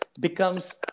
becomes